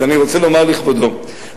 אז אני רוצה לומר לכבוד השר,